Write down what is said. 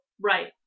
Right